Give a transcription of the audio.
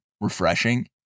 refreshing